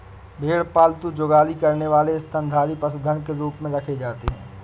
भेड़ पालतू जुगाली करने वाले स्तनधारी पशुधन के रूप में रखे जाते हैं